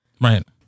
right